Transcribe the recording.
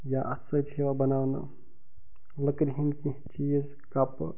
یا اَتھ سۭتۍ چھِ یوان بناونہٕ لَکٕرِ ہٕنٛدۍ کیٚنٛہہ چیٖز کَپہٕ